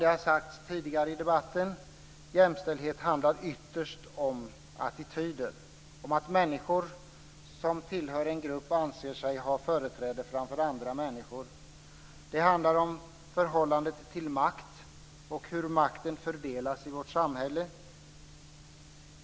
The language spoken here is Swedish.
Det har sagts tidigare i debatten: Jämställdhet handlar ytterst om attityder, om att människor som tillhör en grupp anser sig ha företräde framför andra människor. Det handlar om förhållandet till makt och hur makten fördelas i vårt samhälle.